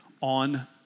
on